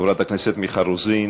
חברת הכנסת מיכל רוזין,